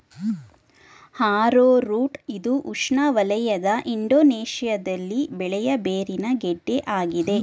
arrowroot ಇದು ಉಷ್ಣವಲಯದ ಇಂಡೋನೇಶ್ಯದಲ್ಲಿ ಬೆಳೆಯ ಬೇರಿನ ಗೆಡ್ಡೆ ಆಗಿದೆ